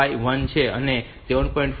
5 એ 1 છે અને આ 7